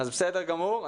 בסדר גמור.